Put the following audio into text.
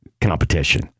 competition